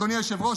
אדוני היושב-ראש,